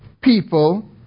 people